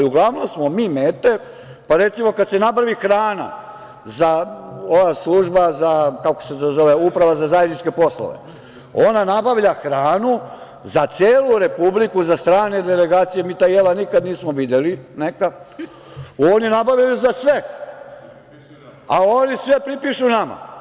Uglavnom smo mi mete, recimo kad se nabavi hrana za, ova služba, kako se to zove, Uprava za zajedničke poslove, ona nabavlja hranu za celu republiku, za strane delegacije, mi ta jela nikad nismo videli, neka, oni nabavljaju za sve, a oni sve pripišu nama.